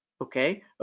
okay